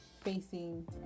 facing